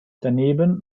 daneben